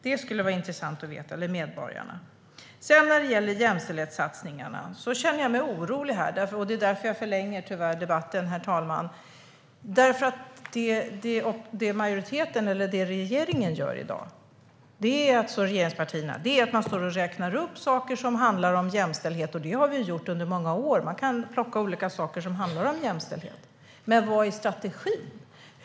Det skulle vara intressant att veta. När det gäller jämställdhetssatsningarna känner jag mig orolig. Det är därför jag tyvärr förlänger debatten, herr talman. Det regeringspartierna gör i dag är att man räknar upp saker som handlar om jämställdhet. Det har vi gjort under många år; man kan plocka olika saker som handlar om jämställdhet. Men vad är strategin?